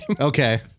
Okay